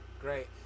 great